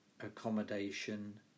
accommodation